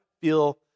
feel